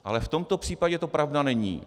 Ale v tomto případě to pravda není.